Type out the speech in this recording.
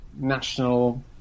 national